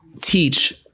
teach